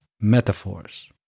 metaphors